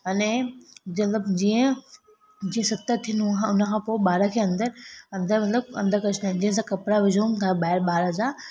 अने जे मतलबु जीअं जे सत थियनि उह हुन खां पोइ ॿार खे अंदरि अंदरि मतलबु अंदरि करे छॾंदा आहिनि जीअं असां कपिड़ा विझूं था ॿाहिरि ॿार जा